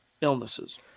illnesses